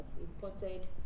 imported